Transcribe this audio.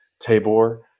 Tabor